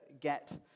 get